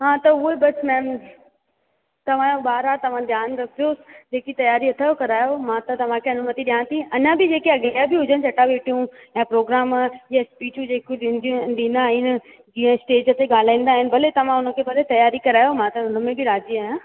हा त उहो ई बसि मैम तव्हांजो ॿार आहे तव्हां ध्यानु रखजोसि जेकी तयारी अथव करायो मां त तव्हांखे अनुमति ॾियां थी अञा बि जेके अॻियां बि हुजनि चटा भेटियूं या प्रोग्राम या स्पीचूं जेकू ॾींदियूं ॾींदा आहिनि जीअं स्टेज ते ॻाल्हाईंदा आहिनि भले तव्हां उनखे भले तयारी करायो मां त उनमें बि राजी आहियां